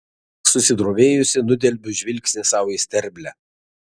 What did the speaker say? susidrovėjusi nudelbiu žvilgsnį sau į sterblę